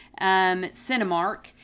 Cinemark